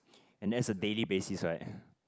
and as a daily basis right